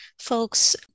folks